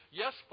yes